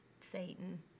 Satan